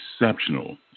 exceptional